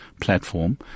platform